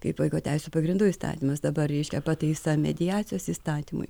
kaip vaiko teisių pagrindų įstatymas dabar reiškia pataisa mediacijos įstatymui